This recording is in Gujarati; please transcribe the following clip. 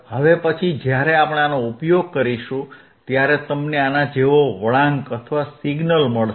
હવે પછી જ્યારે આપણે આનો ઉપયોગ કરીશું ત્યારે તમને આના જેવો વળાંક અથવા સિગ્નલ મળશે